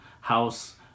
house